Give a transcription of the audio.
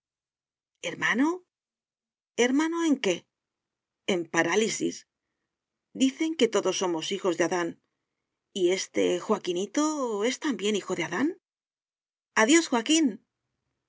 hermano hermano en qué en parálisis dicen que todos somos hijos de adán y éste joaquinito es también hijo de adán adiós joaquín